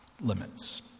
limits